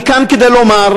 אני כאן כדי לומר,